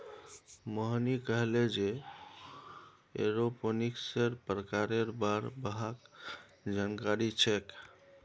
मोहिनी कहले जे एरोपोनिक्सेर प्रकारेर बार वहाक जानकारी छेक